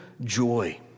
joy